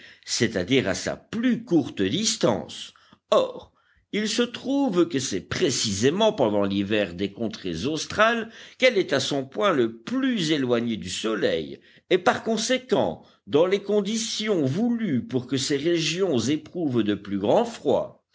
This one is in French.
c'est-à-dire à sa plus courte distance or il se trouve que c'est précisément pendant l'hiver des contrées australes qu'elle est à son point le plus éloigné du soleil et par conséquent dans les conditions voulues pour que ces régions éprouvent de plus grands froids